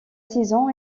saison